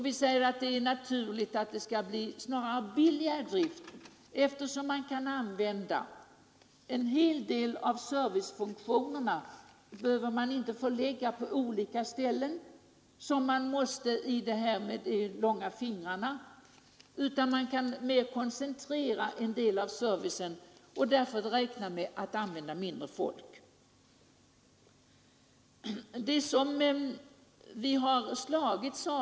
Vi säger att det är naturligt att det blir billigare i drift, eftersom man med detta alternativ inte behöver förlägga de olika servicefunktionerna på olika ställen, vilket man måste om man väljer att bygga de här långa fingrarna; man kan koncentrera en del av servicen och därför använda mindre personal.